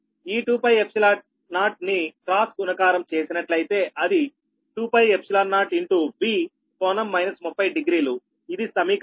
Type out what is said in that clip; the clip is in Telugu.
ఈ 2π0ని క్రాస్ గుణకారం చేసినట్లయితే అది 2π0V∟ 30డిగ్రీలు ఇది సమీకరణం 4